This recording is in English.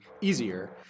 easier